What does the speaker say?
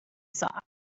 saw